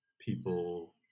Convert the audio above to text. people